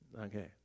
Okay